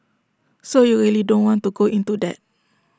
so you really don't want to go into that